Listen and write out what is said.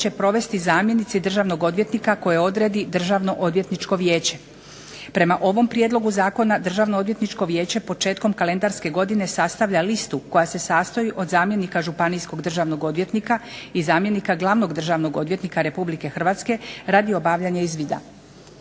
će provesti zamjenici državnog odvjetnika koje odredi Državno odvjetničko vijeće. Prema ovom prijedlogu zakona Državno odvjetničko vijeće početkom kalendarske godine sastavlja listu koja se sastoji od zamjenika županijskog državnog odvjetnika i zamjenika glavnog državnog odvjetnika RH radi obavljanja izvida.